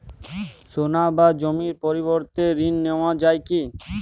সোনা বা জমির পরিবর্তে ঋণ নেওয়া যায় কী?